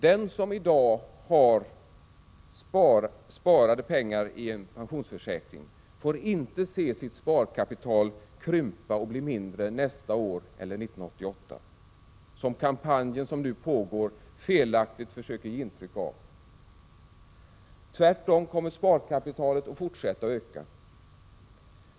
Den som i dag har sparade pengar i en pensionsförsäkring får inte se sitt sparkapital krympa och bli mindre nästa år eller 1988, som den pågående kampanjen felaktigt försöker ge intryck av. Tvärtom kommer sparkapitalet att fortsätta att öka.